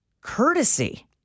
courtesy